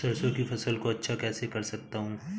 सरसो की फसल को अच्छा कैसे कर सकता हूँ?